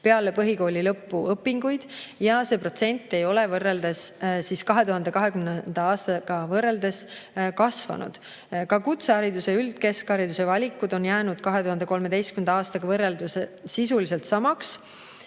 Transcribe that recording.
peale põhikooli lõppu õpinguid ja see protsent ei ole 2020. aastaga võrreldes kasvanud. Ka kutsehariduse ja üldkeskhariduse valikud on jäänud 2013. aastaga võrreldes sisuliselt samaks,